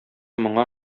моңа